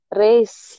race